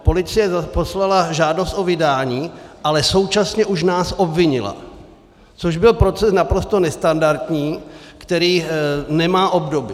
Policie poslala žádost o vydání, ale současně už nás obvinila, což byl proces naprosto nestandardní, který nemá obdobu.